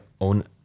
own